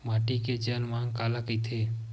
माटी के जलमांग काला कइथे?